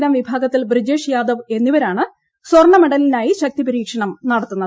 gram വിഭാഗത്തിൽ ബ്രിജേഷ് യാദവ് എന്നിവരാണ് സ്വർണ്ണ മെഡലിനായി ശക്തി പരീക്ഷണം നടത്തുന്നത്